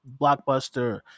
blockbuster